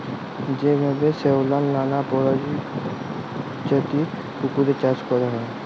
যেভাবে শেঁওলার লালা পরজাতির পুকুরে চাষ ক্যরা হ্যয়